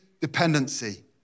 dependency